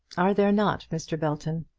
are there not, mr. belton?